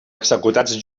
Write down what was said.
executats